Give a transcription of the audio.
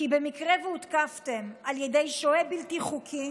כי במקרה שהותקפתם על ידי שוהה בלתי חוקי,